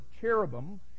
cherubim